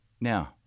Now